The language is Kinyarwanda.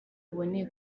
buboneye